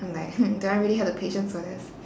I'm like hmm do I really have the patience for this